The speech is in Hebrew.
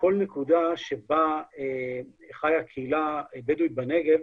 לכל נקודה שבה חיה קהילה בדואית בנגב,